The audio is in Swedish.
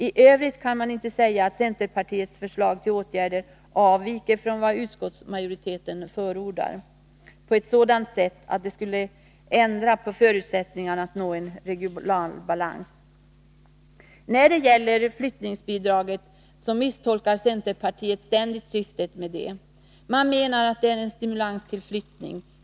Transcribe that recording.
I övrigt kan man inte säga att centerpartiets förslag till åtgärder avviker från vad utskottsmajoriteten förordar på ett sådant sätt att det skulle ändra på förutsättningarna att nå regional balans. Centerpartiet misstolkar ständigt syftet med flyttningsbidraget. Man menar att det är en stimulans till flyttning.